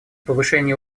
повышения